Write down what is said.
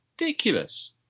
ridiculous